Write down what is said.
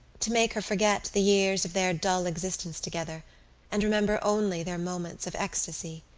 to make her forget the years of their dull existence together and remember only their moments of ecstasy.